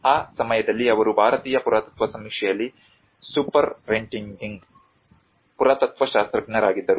ಆ ಸಮಯದಲ್ಲಿ ಅವರು ಭಾರತೀಯ ಪುರಾತತ್ವ ಸಮೀಕ್ಷೆಯಲ್ಲಿ ಸೂಪರಿಂಟೆಂಡಿಂಗ್ ಪುರಾತತ್ವಶಾಸ್ತ್ರಜ್ಞರಾಗಿದ್ದರು